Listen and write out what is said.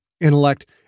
intellect